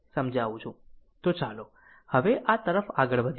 તો ચાલો હવે આ તરફ આગળ વધીએ